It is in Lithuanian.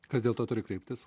kas dėl to turi kreiptis